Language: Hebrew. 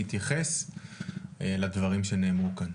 להתייחס לדברים שנאמרו כאן.